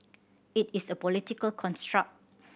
it is a political construct